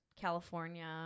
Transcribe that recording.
California